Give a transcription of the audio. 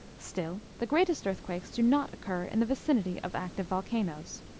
still, the greatest earthquakes do not occur in the vicinity of active volcanoes.